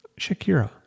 Shakira